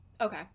Okay